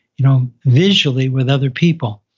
you know, visually with other people.